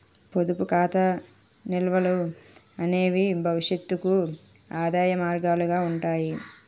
పొదుపు ఖాతా నిల్వలు అనేవి భవిష్యత్తుకు ఆదాయ మార్గాలుగా ఉంటాయి